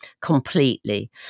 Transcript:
completely